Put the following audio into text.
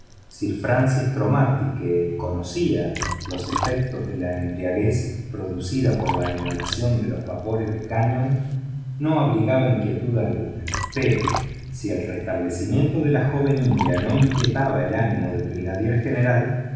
sir francis cromarty que conocía los efectos de la embriaguez producida por la inhalación de los vapores del cáñamo no abrigaba inquietud alguna pero si el restablecimiento de la joven india no inquietaba el ánimo del brigadier general